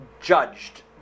judged